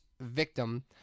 victim